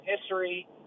history